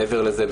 מעבר לזה,